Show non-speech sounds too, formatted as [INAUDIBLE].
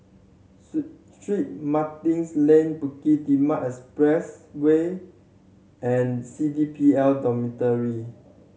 [UNINTELLIGIBLE] Strait Martin's Lane Bukit Timah Expressway and C D P L Dormitory